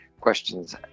questions